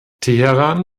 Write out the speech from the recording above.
teheran